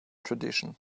tradition